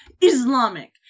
Islamic